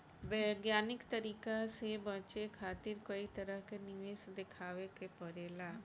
वैज्ञानिक तरीका से बचे खातिर कई तरह के निवेश देखावे के पड़ेला